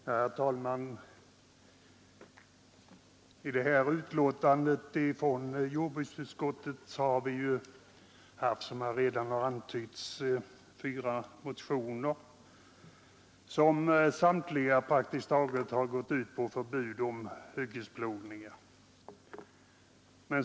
Herr talman! I det här betänkandet från jordbruksutskottet har vi, såsom redan har antytts, haft fyra motioner att behandla, vilka alla tar upp frågan om förbud mot hyggesplogningar.